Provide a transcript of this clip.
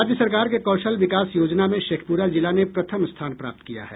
राज्य सरकार के कौशल विकास योजना में शेखप्रा जिला ने प्रथम स्थान प्राप्त किया है